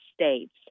states